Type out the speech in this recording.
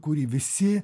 kurį visi